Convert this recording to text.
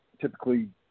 typically